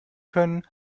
können